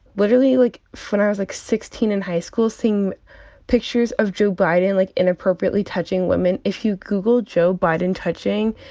literally, like, when i was, like, sixteen in high school, seeing pictures of joe biden like inappropriately touching women. if you google, joe biden touching,